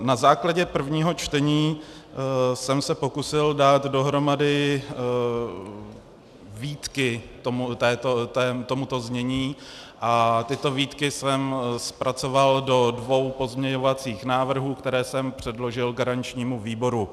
Na základě prvního čtení jsem se pokusil dát dohromady výtky tomuto znění a tyto výtky jsem zpracoval do dvou pozměňovacích návrhů, které jsem předložil garančnímu výboru.